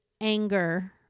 anger